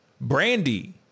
Brandy